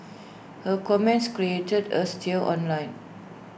her comments created A stir online